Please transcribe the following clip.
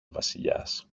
βασιλιάς